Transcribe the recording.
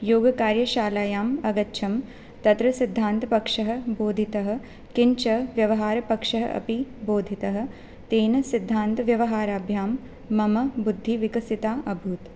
योगकार्यशालायाम् अगच्छम् तत्र सिद्धान्तपक्षः बोधितः किञ्च व्यवहारपक्षः अपि बोधितः तेन सिद्धान्तव्यवहाराभ्यां मम बुद्धिः विकसिता अभूत्